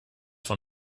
von